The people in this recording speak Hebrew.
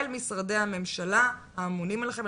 אל משרדי הממשלה האמונים עליכם,